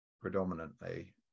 predominantly